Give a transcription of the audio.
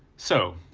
so,